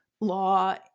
law